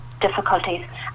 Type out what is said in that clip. difficulties